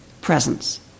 presence